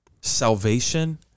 salvation